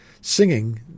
singing